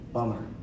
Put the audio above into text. Bummer